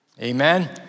Amen